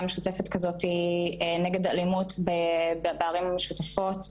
משותפת כזאתי נגד אלימות בערים המשותפות,